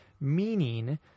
Meaning